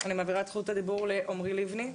אני מעבירה את זכות הדיבור לעמרי לבני,